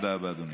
תודה רבה, אדוני.